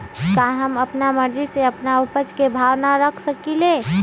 का हम अपना मर्जी से अपना उपज के भाव न रख सकींले?